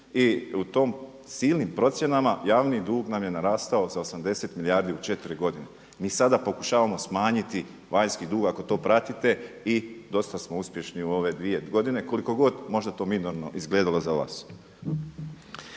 i u tim silnim procjenama javni dug nam je narastao za 80 milijardi u 4 godine. Mi sada pokušavamo smanjiti vanjski dug, ako to pratite, i dosta smo uspješni u ove dvije godine koliko god možda to minorno izgledalo za vas.